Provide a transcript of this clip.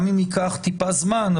גם אם ייקח טיפה זמן.